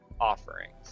offerings